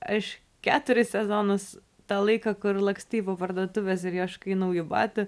aš keturis sezonus tą laiką kur lakstai po parduotuves ir ieškai naujų batų